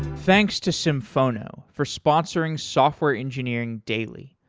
thanks to symphono for sponsoring software engineering daily.